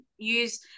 use